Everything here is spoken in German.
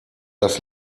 das